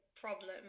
problem